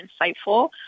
insightful